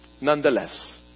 nonetheless